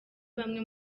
bamwe